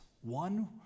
One